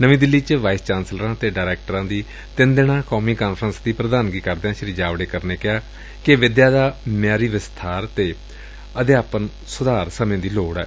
ਨਵੀਂ ਦਿੱਲੀ ਚ ਵਾਈਸ ਚਾਂਸਲਰਾਂ ਅਤੇ ਡਾਇਰੈਕਟਰਾਂ ਦੀ ਤਿੰਨ ਦਿਨਾਂ ਕੌਮੀ ਕਾਨਫਰੰਸ ਦੀ ਪ੍ਰਧਾਨਗੀ ਕਰਦਿਆਂ ਸ੍ਰੀ ਜਾਵੜੇਕਰ ਨੇ ਕਿਹਾ ਕਿ ਵਿਦਿਆ ਦਾ ਮਿਆਰੀ ਵਿਸਬਾਰ ਅਤੇ ਅਧਿਆਪਨ ਸੁਧਾਰ ਸਮੇਂ ਦੀ ਲੋੜ ਏ